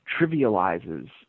trivializes